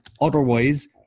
otherwise